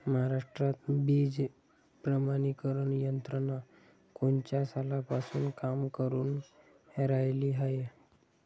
महाराष्ट्रात बीज प्रमानीकरण यंत्रना कोनच्या सालापासून काम करुन रायली हाये?